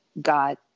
got